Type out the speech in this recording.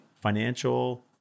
financial